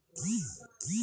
ঋণ কয় প্রকার ও কি কি?